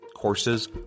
Courses